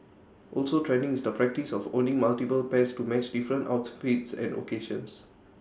also trending is the practice of owning multiple pairs to match different outfits and occasions